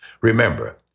remember